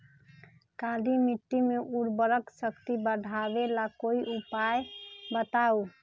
काली मिट्टी में उर्वरक शक्ति बढ़ावे ला कोई उपाय बताउ?